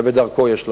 ובדרכו יש ללכת.